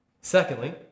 Secondly